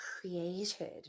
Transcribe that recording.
created